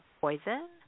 poison